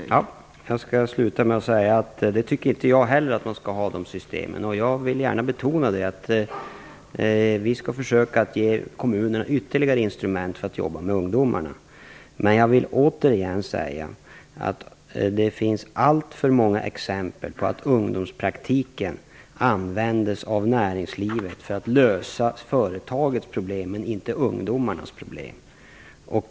Fru talman! Jag skall sluta med att säga att inte heller jag tycker att man skall ha det systemet. Jag vill gärna betona att vi skall försöka att ge kommunerna ytterligare instrument för att jobba med ungdomar. Det fanns alltför många exempel på att ungdomspraktiken användes av näringslivet för att lösa företagets problem men inte ungdomarnas problem.